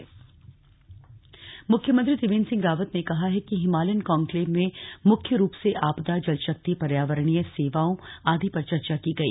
Himalaya conclave CM मुख्यमंत्री त्रिवेन्द्र सिंह रावत ने कहा है कि हिमालयन कान्क्लेव में मुख्य रूप से आपदा जल शक्ति पर्यावरणीय सेवाओं आदि पर चर्चा की गई